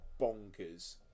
bonkers